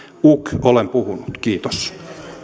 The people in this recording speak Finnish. ugh olen puhunut kiitos